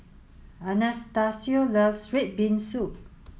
Anastacio loves red bean soup